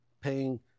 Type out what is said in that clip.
paying